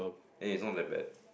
it is not my bag